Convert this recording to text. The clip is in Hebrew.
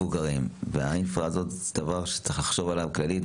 ומכשיר האינפרא הזה הוא דבר שצריך לחשוב עליו כרעיון,